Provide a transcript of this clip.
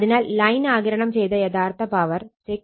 അതിനാൽ ലൈൻ ആഗിരണം ചെയ്ത യഥാർത്ഥ പവർ 695